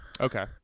Okay